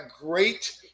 great